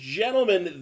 gentlemen